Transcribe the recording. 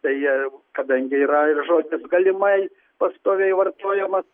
tai kadangi yra ir žodis galimai pastoviai vartojamas